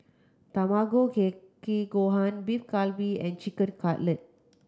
Tamago Kake Kake Gohan Beef Galbi and Chicken Cutlet